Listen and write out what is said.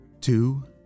two